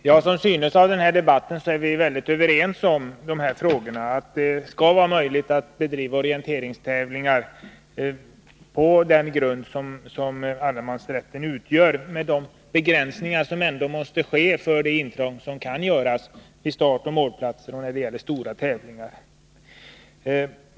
Herr talman! Som synes av den här debatten är vi överens om att det skall vara möjligt att bedriva orienteringstävlingar på den grund som allemansrätten utgör men med de begränsningar som ändå måste göras för det intrång som kan ske vid startoch målplatser och när det gäller stora tävlingar.